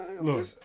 Look